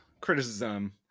criticism